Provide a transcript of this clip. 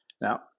Now